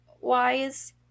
wise